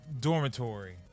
Dormitory